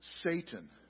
Satan